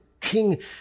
King